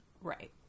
Right